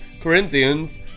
Corinthians